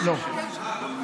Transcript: חבר הכנסת כץ,